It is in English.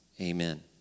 Amen